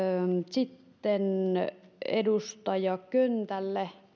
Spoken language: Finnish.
sitten edustaja köntälle